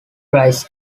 dries